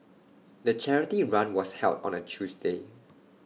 the charity run was held on A Tuesday